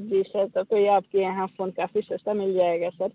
जी sir तब तो ये आपके यहाँ फ़ोन काफ़ी सस्ता मिल जाएगा सर